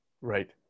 Right